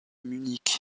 munich